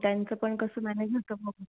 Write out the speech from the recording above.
त्यांचं पण कसं मॅनेज होतं बघू